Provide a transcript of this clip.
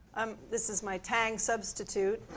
um this is my tang substitute.